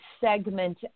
segment